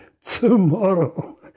Tomorrow